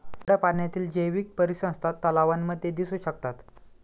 गोड्या पाण्यातील जैवीक परिसंस्था तलावांमध्ये दिसू शकतात